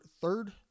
third